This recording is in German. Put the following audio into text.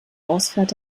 ausfahrt